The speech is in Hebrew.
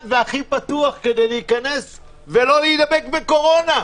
והכי פתוח כדי להיכנס ולא להידבק בקורונה.